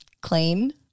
Clean